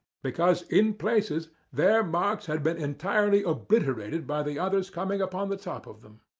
because in places their marks had been entirely obliterated by the others coming upon the top of them.